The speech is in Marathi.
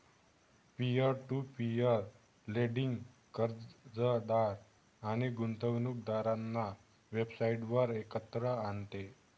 पीअर टू पीअर लेंडिंग कर्जदार आणि गुंतवणूकदारांना वेबसाइटवर एकत्र आणते